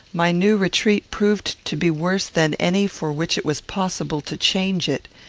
my new retreat proved to be worse than any for which it was possible to change it.